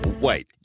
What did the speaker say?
Wait